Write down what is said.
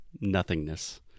nothingness